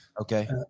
Okay